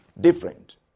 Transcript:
different